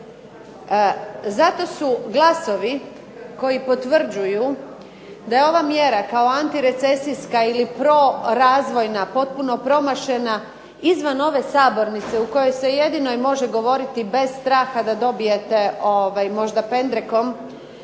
Zato su glasovi koji potvrđuju da je ova mjera kao antirecesijska ili pro razvojna potpuno promašena izvan ove sabornice u kojoj se jedino i može govoriti bez straha da dobijete možda pendrekom